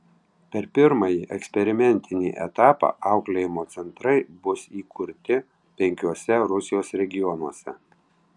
per pirmąjį eksperimentinį etapą auklėjimo centrai bus įkurti penkiuose rusijos regionuose